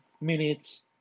minutes